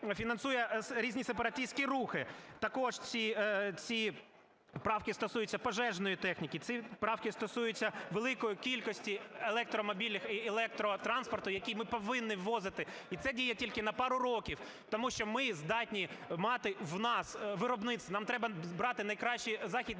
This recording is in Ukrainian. фінансує різні сепаратистські рухи. Також ці правки стосуються пожежної техніки, ці правки стосуються великої кількості електротранспорту, який ми повинні ввозити. І це діє тільки на пару років. Тому що ми здатні мати в нас виробництво. Нам треба брати найкращі західні